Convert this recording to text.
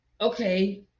okay